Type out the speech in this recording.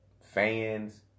Fans